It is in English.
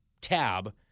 tab